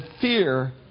fear